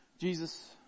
Jesus